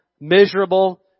miserable